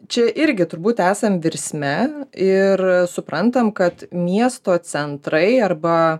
čia irgi turbūt esam virsme ir suprantam kad miesto centrai arba